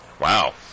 Wow